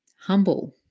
humble